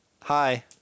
Hi